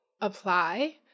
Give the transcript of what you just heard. apply